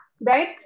right